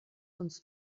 uns